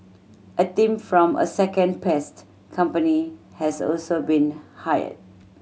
a team from a second pest company has also been hired